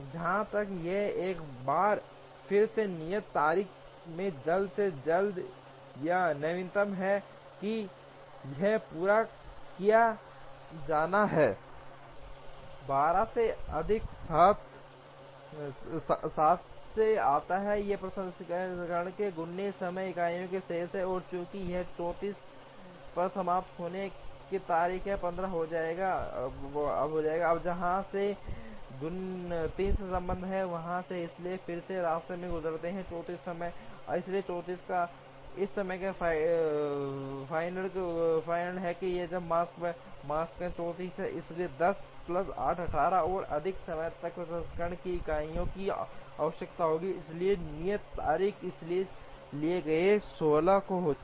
जहाँ तक यह एक बार फिर से नियत तारीख में जल्द से जल्द या नवीनतम है कि यह पूरा किया जाना है 12 से अधिक 7 से आता है यह प्रसंस्करण के 19 समय इकाइयों शेष है और चूंकि यह 34 पर समाप्त होने की तारीख है 15 हो जाएगा अब जहां तक जे 3 का संबंध है हम यहां हैं इसलिए फिर से हम रास्ते से गुजरते हैं इसलिए 34 इस समय फाइनल है जब मकस्पान 34 है इसलिए 10 प्लस 8 18 और अधिक समय तक प्रसंस्करण की इकाइयों की आवश्यकता होती है इसलिए नियत तारीख इसके लिए 16 हो जाती है